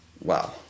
Wow